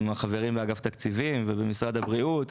עם החברים לאגף התקציבים ובמשרד הבריאות.